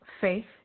faith